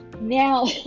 now